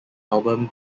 album